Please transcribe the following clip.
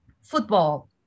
football